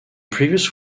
previous